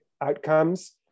outcomes